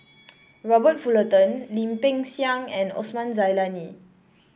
Robert Fullerton Lim Peng Siang and Osman Zailani